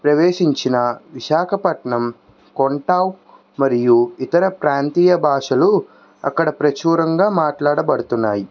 ప్రవేశించిన విశాఖపట్నం కొంటౌక్ మరియు ఇతర ప్రాంతీయ భాషలు అక్కడ ప్రాచూర్యంగా మాట్లాడబడుతునాయి